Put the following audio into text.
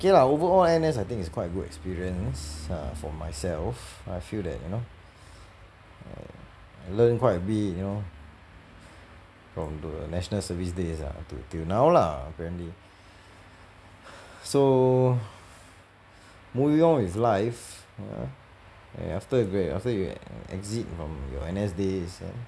okay lah overall N_S I think is quite good experience err for myself I feel that you know I learn quite a bit you know from the national service days ah till till now ah apparently so moving on is life ah after you gra~ after you exit from your N_S days ah